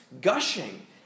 gushing